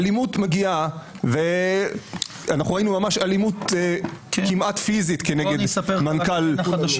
האלימות מגיעה וראינו ממש אלימות כמעט פיזית כנגד מנכ"ל המכון.